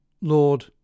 Lord